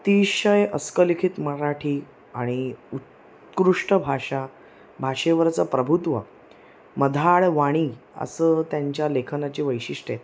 अतिशय अस्खलित मराठी आणि उत्कृष्ट भाषा भाषेवरचं प्रभुत्व मधाळ वाणी असं त्यांच्या लेखनाची वैशिष्ट्य आहेत